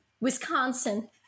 Wisconsin